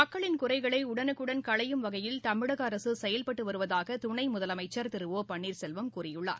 மக்களின் குறைகளை உடனுக்குடன் களையும் வகையில் தமிழக அரசு செயல்பட்டு வருவதாக துணை முதலமைச்சர் திரு ஓ பன்னீர்செல்வம் கூறியுள்ளார்